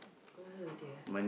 oh dear